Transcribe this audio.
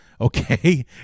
Okay